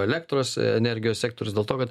elektros energijos sektorius dėl to kad